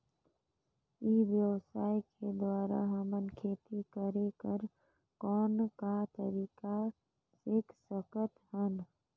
ई व्यवसाय के द्वारा हमन खेती करे कर कौन का तरीका सीख सकत हन?